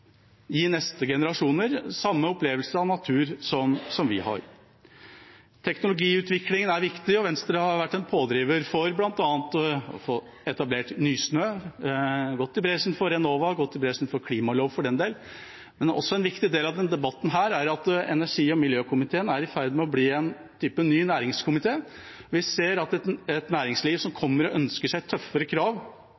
gi neste generasjoner samme opplevelse av natur som vi har. Teknologiutviklingen er viktig, og Venstre har vært en pådriver bl.a. for å få etablert Nysnø, gått i bresjen for Enova, gått i bresjen for klimalov, for den del. En viktig del av denne debatten er at energi- og miljøkomiteen er i ferd med å bli en type ny næringskomité. Vi ser et næringsliv som